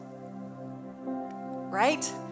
Right